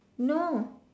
no what